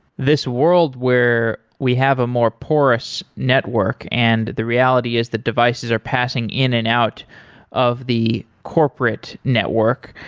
this world where we have a more porous network, and the reality is that devices are passing in and out of the corporate network.